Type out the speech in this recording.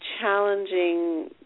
challenging